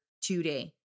today